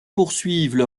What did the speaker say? poursuivent